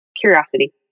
curiosity